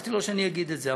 הבטחתי לו שאני אגיד את זה.